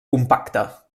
compacte